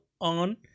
on